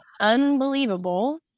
unbelievable